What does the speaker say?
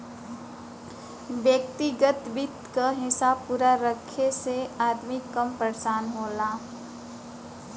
व्यग्तिगत वित्त क हिसाब पूरा रखे से अदमी कम परेसान होला